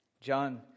John